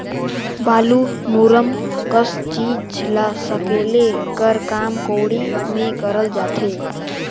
बालू, मूरूम कस चीज ल सकेले कर काम कोड़ी मे करल जाथे